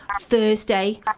Thursday